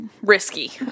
risky